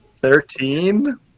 Thirteen